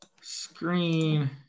screen